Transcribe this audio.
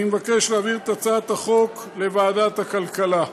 אני מבקש להעביר את הצעת החוק לוועדת הכלכלה.